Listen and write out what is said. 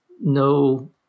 no